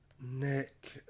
Nick